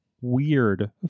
weird